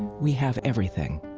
we have everything.